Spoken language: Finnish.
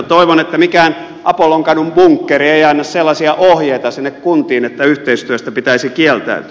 toivon että mikään apollonkadun bunkkeri ei anna sellaisia ohjeita sinne kuntiin että yhteistyöstä pitäisi kieltäytyä